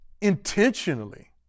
intentionally